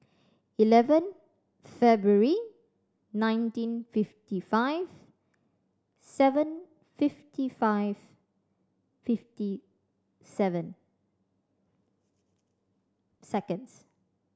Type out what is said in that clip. eleven February nineteen fifty five seven fifty five fifty seven seconds